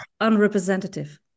unrepresentative